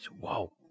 Wow